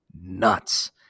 nuts